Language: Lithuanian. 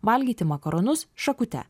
valgyti makaronus šakute